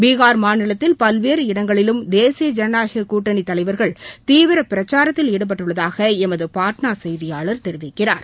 பீஹார் மாநிலத்தில் பல்வேற இடங்களிலும் தேசிய ஜனநாயகக் கூட்டணித்தலைவர்கள் தீவிரபிரச்சாரத்தில் ஈடுபட்டுள்ளதாகஎமதுபாட்னாசெய்தியாளர் தெரிவிக்கிறார்